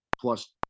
plus